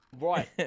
Right